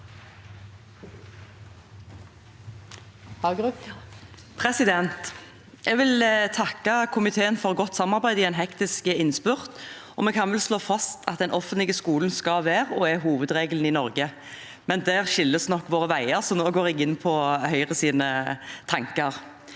ken): Jeg vil takke komiteen for godt samarbeid i en hektisk innspurt. Vi kan vel slå fast at den offentlige skolen skal være – og er – hovedregelen i Norge, men der skilles nok våre veier, så nå går jeg inn på Høyres tanker.